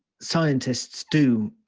scientists do